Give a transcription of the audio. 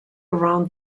around